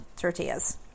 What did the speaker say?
tortillas